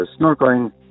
snorkeling